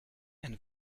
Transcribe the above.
and